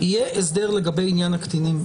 יהיה הסדר לגבי עניין הקטינים.